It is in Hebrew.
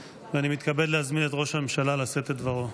להזמין את ראש הממשלה לשאת את דברו.